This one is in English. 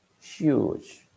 huge